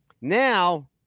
Now